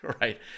right